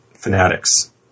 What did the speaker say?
fanatics